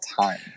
time